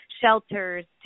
shelters